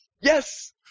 Yes